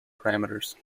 parameters